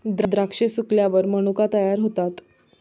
द्राक्षे सुकल्यावर मनुका तयार होतात